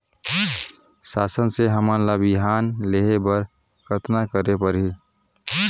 शासन से हमन ला बिहान लेहे बर कतना करे परही?